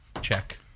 check